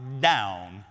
down